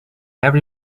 every